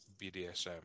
BDSM